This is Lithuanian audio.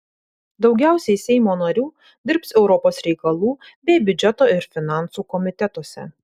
daugiausiai seimo narių dirbs europos reikalų bei biudžeto ir finansų komitetuose